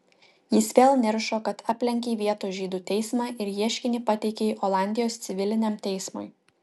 jis vėl niršo kad aplenkei vietos žydų teismą ir ieškinį pateikei olandijos civiliniam teismui